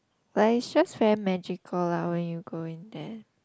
like is just very magical lah when you go in there